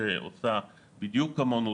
שעושה בדיוק כמונו,